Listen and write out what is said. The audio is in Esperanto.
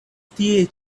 tie